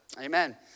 Amen